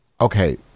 okay